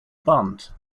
bunt